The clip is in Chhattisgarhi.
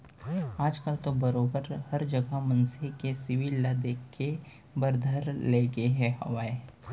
आज कल तो बरोबर हर जघा मनखे के सिविल ल देखे बर धर ले गे हावय